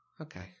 okay